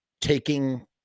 taking